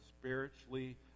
spiritually